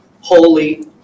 holy